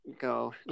go